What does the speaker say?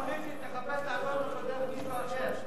הון פוליטי, תחפש לעשות אצל מישהו אחר.